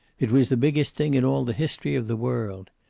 it was the biggest thing in all the history of the world.